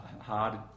hard